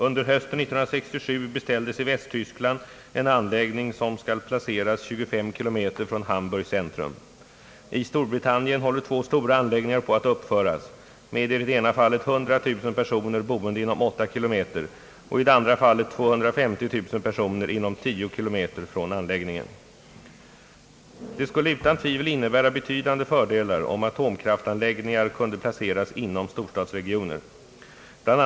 Under hösten 1967 beställdes i Västyskland en anläggning, som skall placeras 25 km från Hamburgs centrum, I Storbritannien håller två stora anläggningar på att uppföras, med i det ena fallet 100 000 personer boende inom 8 km och i det andra fallet 250 000 personer inom 10 km från anläggningen. Det skulle utan tvivel innebära betydande fördelar, om atomkraftanläggningar kunde placeras inom storstadsregioner. Bl.